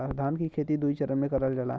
धान के खेती दुई चरन मे करल जाला